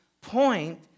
point